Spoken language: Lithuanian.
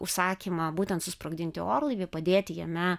užsakymą būtent susprogdinti orlaivį padėti jame